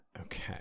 Okay